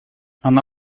она